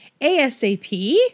asap